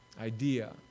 idea